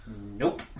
Nope